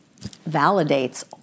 validates